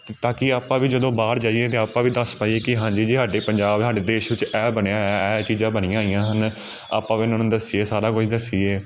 ਤਾਂ ਕਿ ਆਪਾਂ ਵੀ ਜਦੋਂ ਬਾਹਰ ਜਾਈਏ ਤਾਂ ਆਪਾਂ ਵੀ ਦੱਸ ਪਾਈਏ ਕਿ ਹਾਂਜੀ ਜੀ ਸਾਡੇ ਪੰਜਾਬ ਸਾਡੇ ਦੇਸ਼ ਵਿੱਚ ਇਹ ਬਣਿਆ ਹੋਇਆ ਇਹ ਚੀਜ਼ਾਂ ਬਣੀਆਂ ਹੋਈਆਂ ਹਨ ਆਪਾਂ ਵੀ ਉਹਨਾਂ ਨੂੰ ਦੱਸੀਏ ਸਾਰਾ ਕੁਛ ਦੱਸੀਏ